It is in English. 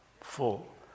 full